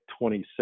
26